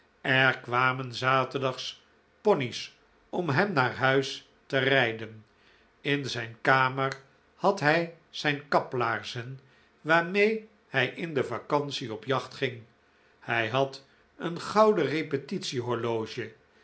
er kwamen zaterdags pony's om hem naar huis te rijden in zijn kamer had hij zijn kaplaarzen waarmee hij in de vacantie op jacht ging hij had een gouden repetitie horloge